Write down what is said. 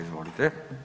Izvolite.